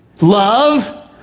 Love